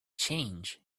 change